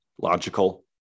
logical